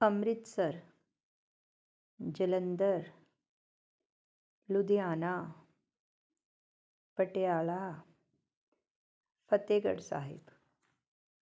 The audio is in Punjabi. ਅੰਮ੍ਰਿਤਸਰ ਜਲੰਧਰ ਲੁਧਿਆਣਾ ਪਟਿਆਲਾ ਫਤਿਹਗੜ੍ਹ ਸਾਹਿਬ